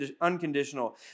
unconditional